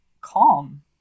calm